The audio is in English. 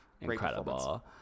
Incredible